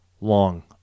long